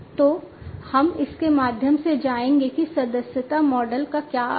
तो हम इसके माध्यम से जाएंगे कि सदस्यता मॉडल का क्या अर्थ है